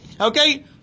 Okay